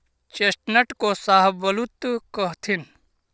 chestnut को शाहबलूत कहथीन